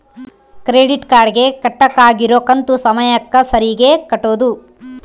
credit card ಗೆ ಕಟ್ಬಕಾಗಿರೋ ಕಂತು ಸಮಯಕ್ಕ ಸರೀಗೆ ಕಟೋದು